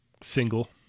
Single